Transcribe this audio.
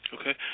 Okay